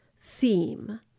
theme